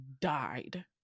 died